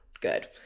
good